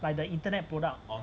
like the internet product